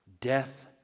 Death